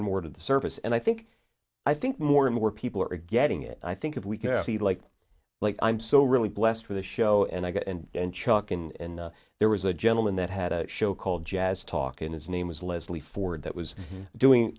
and more to the surface and i think i think more and more people are getting it i think if we can see like like i'm so really blessed for the show and i go and chuck in there was a gentleman that had a show called jazz talk and his name was leslie ford that was doing